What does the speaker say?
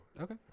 Okay